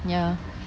ya